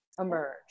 emerge